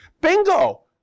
Bingo